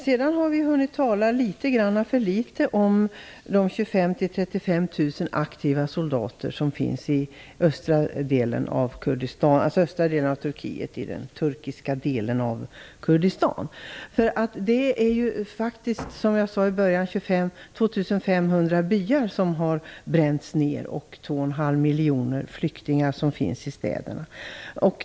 Vi har talat litet grand för litet om de 25 000 35 000 aktiva soldater som finns i östra delen av Turkiet i den turkiska delen av Kurdistan. Som jag sade inledningsvis är det faktiskt 2 500 byar som har bränts ner. Dessutom finns det 2,5 miljoner flyktingar i städerna.